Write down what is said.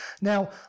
Now